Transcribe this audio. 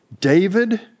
David